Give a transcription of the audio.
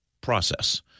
process